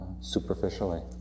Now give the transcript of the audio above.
superficially